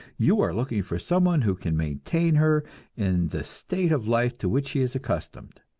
you are looking for some one who can maintain her in the state of life to which she is accustomed.